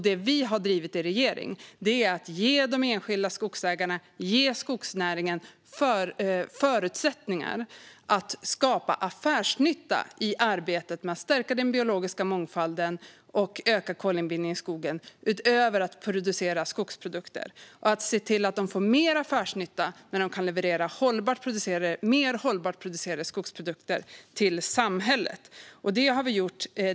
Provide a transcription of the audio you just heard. Det vi har drivit i regering är att ge de enskilda skogsägarna och skogsnäringen förutsättningar att skapa affärsnytta i arbetet med att stärka den biologiska mångfalden och öka kolinbindningen i skogen utöver att producera skogsprodukter och se till att man får mer affärsnytta när man kan leverera mer hållbart producerade skogsprodukter till samhället.